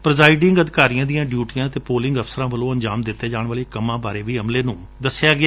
presiding ਅਧਿਕਾਰੀਆਂ ਦੀਆਂ ਡਿਉਟੀਆਂ ਅਤੇ ਪੋਲਿੰਗ ਅਫਸਰ ਵੱਲੋਂ ਅੰਜਾਮ ਦਿੱਤੇ ਜਾਣ ਵਾਲੇ ਕੰਮਾਂ ਬਾਰੇ ਵੀ ਅਮਲੇ ਨੂੰ ਦਸਿਆ ਗਿਆ